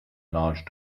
large